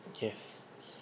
yes